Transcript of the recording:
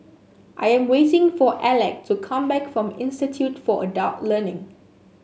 I am waiting for Alec to come back from Institute for Adult Learning